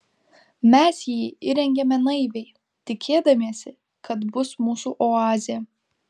mes jį įrengėme naiviai tikėdamiesi kad bus mūsų oazė